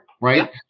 right